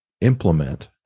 implement